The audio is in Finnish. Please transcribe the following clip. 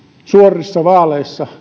suorissa vaaleissa